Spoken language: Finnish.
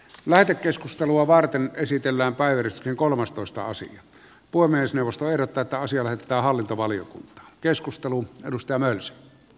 lähetekeskustelua varten esitellään päivitys ja kolmastoista osin voi myös neuvosto erotetaan syömään ja hallintovalio arvoisa puhemies